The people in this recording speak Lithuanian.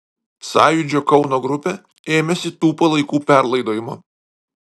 sąjūdžio kauno grupė ėmėsi tų palaikų perlaidojimo